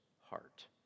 heart